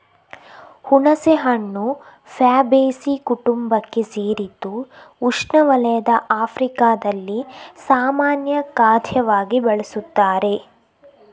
ಹುಣಸೆಹಣ್ಣು ಫ್ಯಾಬೇಸೀ ಕುಟುಂಬಕ್ಕೆ ಸೇರಿದ್ದು ಉಷ್ಣವಲಯದ ಆಫ್ರಿಕಾದಲ್ಲಿ ಸಾಮಾನ್ಯ ಖಾದ್ಯವಾಗಿ ಬಳಸುತ್ತಾರೆ